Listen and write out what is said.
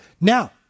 Now